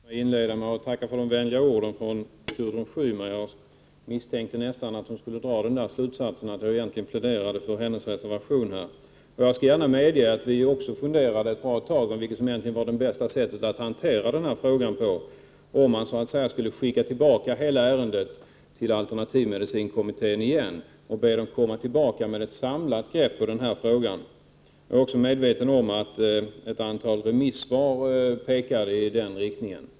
Herr talman! Jag skall inleda med att tacka för de vänliga orden från Gudrun Schyman. Jag misstänkte nästan att hon skulle dra slutsatsen att jag egentligen pläderade för hennes reservation. Jag skall gärna medge att vi ett bra tag funderade på vilket som egentligen var det bästa sättet att hantera denna fråga, om man så att säga skulle skicka tillbaka hela ärendet till alternativmedicinkommittén och be den återkomma med ett samlat grepp när det gäller denna fråga. Jag är också medveten om att ett antal remissvar pekade i den riktningen.